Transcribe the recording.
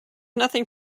nothing